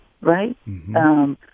right